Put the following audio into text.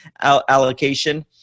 allocation